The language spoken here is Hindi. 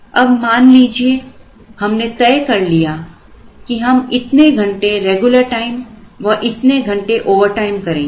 अब मान लीजिए हमने तय कर लिया कि हम इतने घंटे रेगुलर टाइम व इतने घंटे ओवरटाइम करेंगे